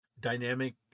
dynamic